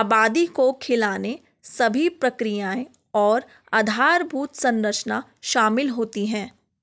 आबादी को खिलाने सभी प्रक्रियाएं और आधारभूत संरचना शामिल होती है